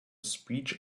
speech